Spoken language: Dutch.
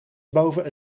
boven